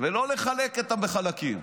ולא לחלק אותם בחלקים.